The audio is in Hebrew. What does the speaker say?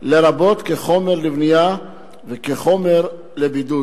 לרבות כחומר לבנייה וכחומר בידוד.